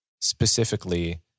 specifically